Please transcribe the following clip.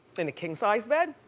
in a king size bed,